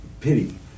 pity